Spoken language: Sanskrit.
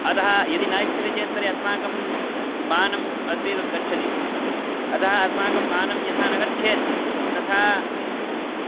अतः यदि न इच्छति चेत् तर्हि अस्माकं मानम् अस्ति तद् गच्छति अतः अस्माकं मानं यथा न गच्छेत् तथा